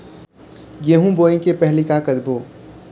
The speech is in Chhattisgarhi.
गेहूं बोए के पहेली का का करबो?